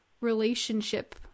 relationship